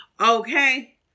Okay